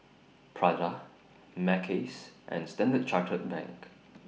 Prada Mackays and Standard Chartered Bank